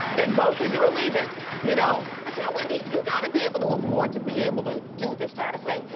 then both of you are leaving. you know but you know wendy, you gotta be able to afford to be able to do this type of thing.